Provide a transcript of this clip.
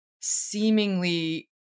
seemingly